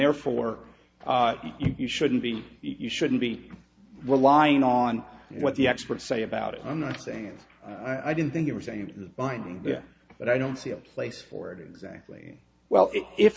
therefore you shouldn't be you shouldn't be relying on what the experts say about it i'm not saying it i didn't think you were saying it is binding but i don't see a place for it exactly well if